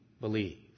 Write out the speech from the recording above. believe